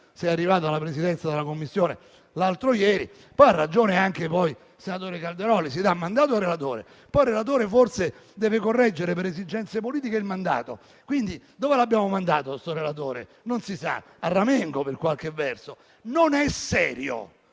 sei arrivato alla Presidenza della 1a Commissione l'altro ieri. Ha ragione anche il senatore Calderoli: si dà mandato al relatore, che poi deve correggere, forse per esigenze politiche, il mandato; quindi dove l'abbiamo mandato, questo relatore? Non si sa: a ramengo, per qualche verso. Voglio